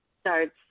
starts